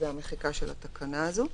זו המחיקה של התקנה הזאת.